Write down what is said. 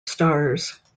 stars